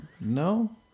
no